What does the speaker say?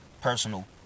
personal